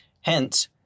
Hence